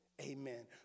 amen